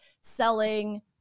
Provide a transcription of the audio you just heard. selling